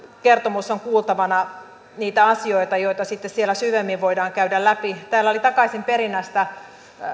kertomus on kuultavana niitä asioita joita sitten siellä syvemmin voidaan käydä läpi täällä oli takaisinperinnästä